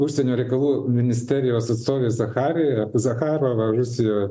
užsienio reikalų ministerijos atstovė zachari zacharova rusijoj